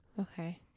Okay